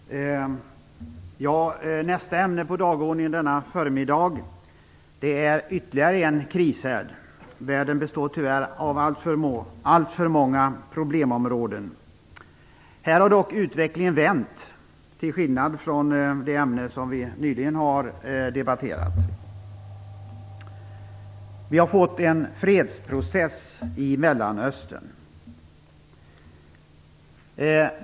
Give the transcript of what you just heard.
Herr talman! Nästa ämne på dagordningen denna förmiddag är ytterligare en krishärd. Världen består tyvärr av alltför många problemområden. Här har dock utvecklingen vänt, till skillnad från i det område som vi nyligen har debatterat. Vi har fått en fredsprocess i Mellanöstern.